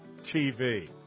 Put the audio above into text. TV